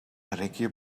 rekje